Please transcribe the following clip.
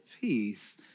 peace